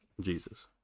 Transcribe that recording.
Jesus